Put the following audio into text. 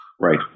Right